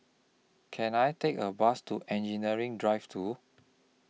Can I Take A Bus to Engineering Drive two